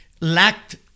lacked